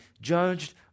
judged